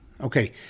Okay